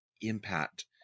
impact